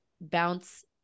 bounce